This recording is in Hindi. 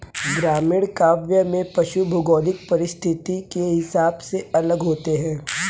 ग्रामीण काव्य में पशु भौगोलिक परिस्थिति के हिसाब से अलग होते हैं